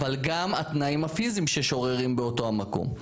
אבל גם התנאים הפיזיים ששוררים באותו מקום.